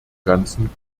ganzen